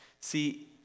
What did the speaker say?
See